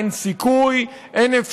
אין סיכוי,